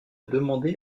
demandé